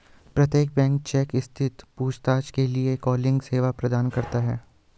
प्रत्येक bank check स्थिति पूछताछ के लिए कॉलिंग सेवा प्रदान करता हैं